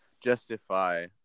justify